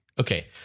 Okay